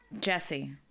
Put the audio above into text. jesse